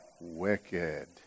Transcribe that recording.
wicked